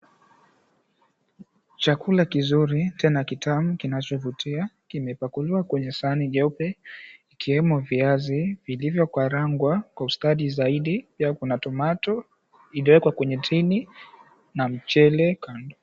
Chakula kizuri tena kitamu kinachovutia kimepakuliwa kwenye sahani jeupe ikiwemo viazi vilivyokarangwa kwa ustadi zaidi. Pia kuna tomato iliyowekwa kwenye tini na mchele kando.